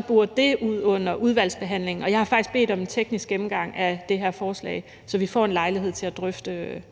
få det boret ud under udvalgsbehandlingen. Og jeg har faktisk bedt om en teknisk gennemgang af det her forslag, så vi får en lejlighed til at drøfte